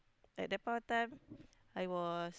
at that point of time I was